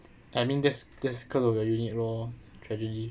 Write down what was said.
I mean that's that's cause of your unit lor tragedy